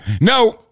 No